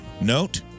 Note